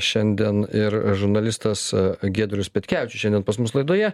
šiandien ir žurnalistas giedrius petkevičius šiandien pas mus laidoje